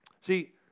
See